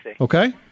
Okay